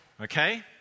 Okay